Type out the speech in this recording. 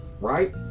right